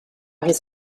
his